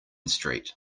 street